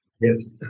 Yes